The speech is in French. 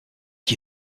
qui